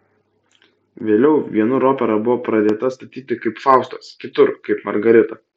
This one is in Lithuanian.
vėliau vienur opera buvo pradėta statyti kaip faustas kitur kaip margarita